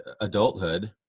adulthood